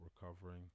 recovering